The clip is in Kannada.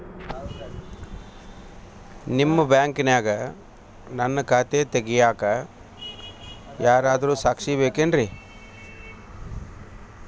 ನಿಮ್ಮ ಬ್ಯಾಂಕಿನ್ಯಾಗ ನನ್ನ ಖಾತೆ ತೆಗೆಯಾಕ್ ಯಾರಾದ್ರೂ ಸಾಕ್ಷಿ ಬೇಕೇನ್ರಿ?